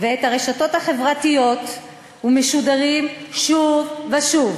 ואת הרשתות החברתיות ומשודרים שוב ושוב